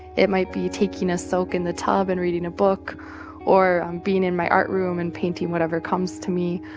it might be taking a soak in the tub and reading a book or being in my art room and painting whatever comes to me.